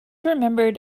remembered